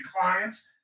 clients